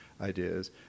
ideas